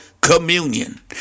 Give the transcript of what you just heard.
Communion